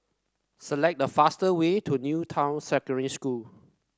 select the fastest way to New Town Secondary School